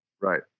Right